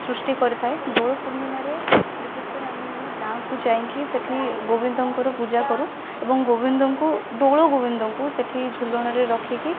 ସୃଷ୍ଟି କରିଥାଏ ଦୋଳପୂର୍ଣ୍ଣିମାରେ ବିଶେଷକରି ଆମେମାନେ ଗାଁକୁ ଯାଇକି ସେଇଠି ଗୋବିନ୍ଦଙ୍କର ପୂଜା କରୁ ଏବଂ ଗୋବିନ୍ଦଙ୍କୁ ଦୋଳଗୋବିନ୍ଦଙ୍କୁ ସେଇଠି ଝୁଲଣରେ ରଖିକି